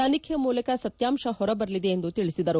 ತನಿಖೆಯ ಮೂಲಕ ಸತ್ವಾಂಶ ಹೊರಬರಲಿದೆ ಎಂದು ತಿಳಿಸಿದರು